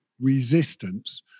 resistance